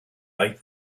like